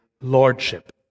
lordship